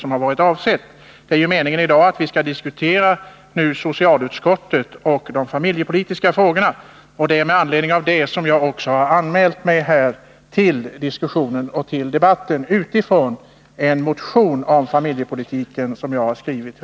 Meningen är ju att vi i dag skall diskutera socialutskottets betänkande 28 och de familjepolitiska frågorna. Jag har också anmält mig till debatten med anledning av en motion om familjepolitiken som jag har väckt.